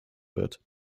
wird